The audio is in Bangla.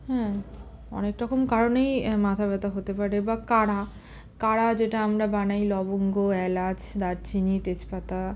হ্যাঁ অনেক রকম কারণেই মাথা ব্যথা হতে পারে বা কাড়া কাড়া যেটা আমরা বানাই লবঙ্গ এলাচ দারচিনি তেজপাতা